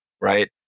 right